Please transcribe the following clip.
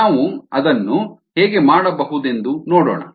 ನಾವು ಅದನ್ನು ಹೇಗೆ ಮಾಡಬಹುದೆಂದು ನೋಡೋಣ